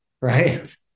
Right